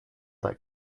that